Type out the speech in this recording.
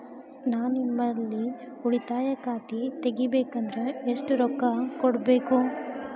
ನಾ ನಿಮ್ಮಲ್ಲಿ ಉಳಿತಾಯ ಖಾತೆ ತೆಗಿಬೇಕಂದ್ರ ಎಷ್ಟು ರೊಕ್ಕ ಬೇಕು?